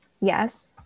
yes